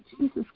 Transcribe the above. Jesus